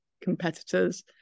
competitors